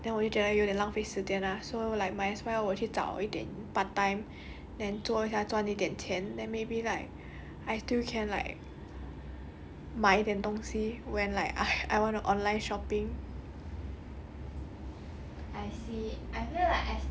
two days might as well like 不然省的天也是没有东西做 then 我就觉得有点浪费时间 lah so like might as well 我去找一点 part time then 做一下赚一点钱 then maybe like I still can like 买一点东西 when like I wanna online shopping